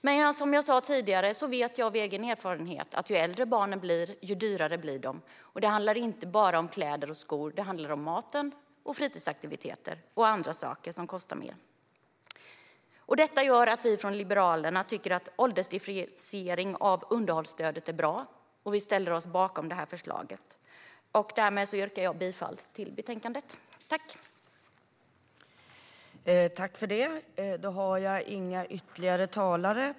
Men som jag sa tidigare vet jag av egen erfarenhet att barnen blir dyrare ju äldre de blir. Det handlar inte bara om kläder och skor, utan även om mat, fritidsaktiviteter och andra saker som kostar mer. Detta gör att vi från Liberalerna tycker att åldersdifferentiering av underhållsstödet är bra. Vi ställer oss bakom förslaget. Därmed yrkar jag bifall till förslaget i betänkandet.